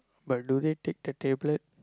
but do they take the tablet